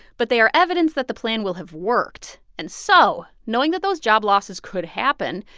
but they are evidence that the plan will have worked. and so knowing that those job losses could happen,